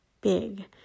big